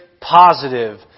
positive